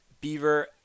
Beaver